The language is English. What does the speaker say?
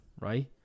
right